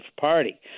Party